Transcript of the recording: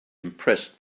impressed